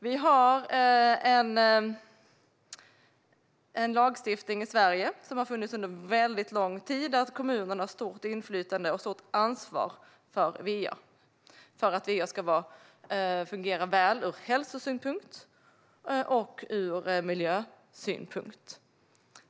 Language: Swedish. Vi har en lagstiftning i Sverige som har funnits under lång tid där kommunerna har stort inflytande och stort ansvar för va så att va ska fungera väl ur hälsosynpunkt och ur miljösynpunkt.